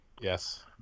Yes